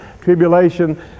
tribulation